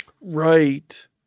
Right